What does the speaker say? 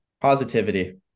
Positivity